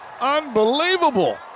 Unbelievable